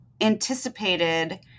anticipated